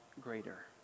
greater